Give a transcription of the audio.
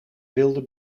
wilde